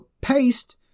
paste